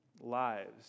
lives